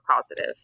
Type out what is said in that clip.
positive